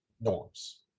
norms